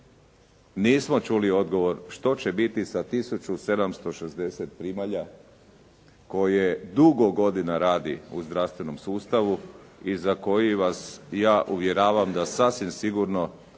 nismo čuli odgovor što će biti sa 1760 primalja koje dugo godina radi u zdravstvenom sustavu i za koji vas ja uvjeravam da sasvim sigurno